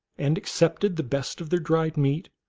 and accepted the best of their dried meat,